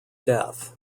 death